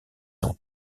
son